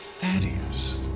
Thaddeus